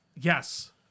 yes